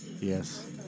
Yes